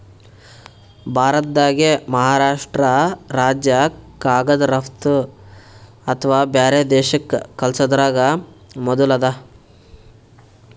ಭಾರತ್ದಾಗೆ ಮಹಾರಾಷ್ರ್ಟ ರಾಜ್ಯ ಕಾಗದ್ ರಫ್ತು ಅಥವಾ ಬ್ಯಾರೆ ದೇಶಕ್ಕ್ ಕಲ್ಸದ್ರಾಗ್ ಮೊದುಲ್ ಅದ